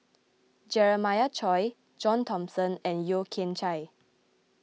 Jeremiah Choy John Thomson and Yeo Kian Chai